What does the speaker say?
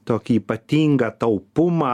tokį ypatingą taupumą